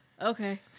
okay